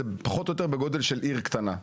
זה פחות או יותר בגודל של עיר קטנה.